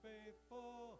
faithful